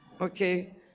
Okay